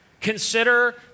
Consider